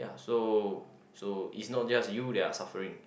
ya so so is not just you that are suffering